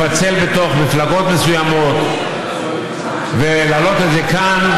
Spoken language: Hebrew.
לפצל בתוך מפלגות מסוימות ולהעלות את זה כאן,